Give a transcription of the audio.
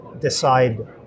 decide